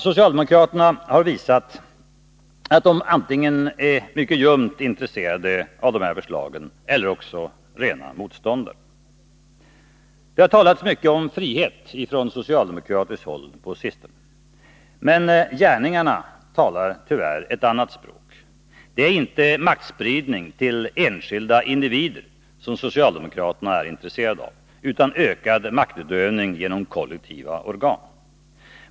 Socialdemokraterna har visat att de är antingen mycket ljumt intresserade av sådana här förslag eller också rena motståndare till dem. Det har på sistone från socialdemokratiskt håll talats mycket om frihet. Men gärningarna talar ett annat språk. Det är inte maktspridning till enskilda individer som socialdemokraterna är intresserade av utan ökad maktutövning genom kollektiva organ.